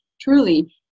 truly